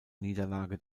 niederlage